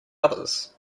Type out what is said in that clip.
others